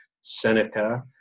Seneca